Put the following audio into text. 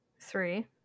three